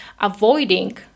avoiding